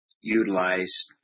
utilize